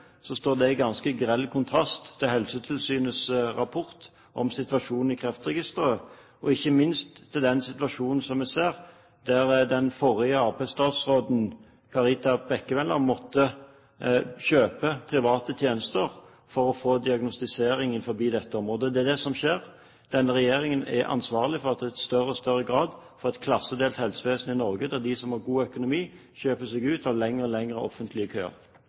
så med den tidligere arbeiderpartistatsråden Karita Bekkemellem, som måtte kjøpe private tjenester for å få diagnostisering innenfor dette området. Det er det som skjer. Denne regjeringen er ansvarlig for at en i større og større grad får et klassedelt helsevesen i Norge, der de som har god økonomi, kjøper seg ut av lengre og lengre offentlige køer.